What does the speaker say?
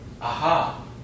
aha